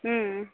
ಹ್ಞೂ